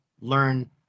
learn